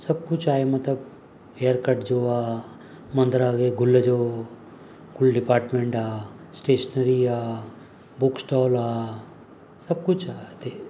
सभु कुझु आहे मतिलबु हेयरकट जो आहे मंदिरा जे गुल जो कुल डिपाटमेंट आहे स्टेशनरी आहे बुक स्टोल आहे सभु कुझु आहे हिते